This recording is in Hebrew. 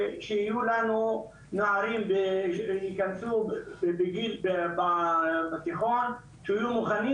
ושיהיו לנו נערים שייקלטו בתיכון שיהיו מוכנים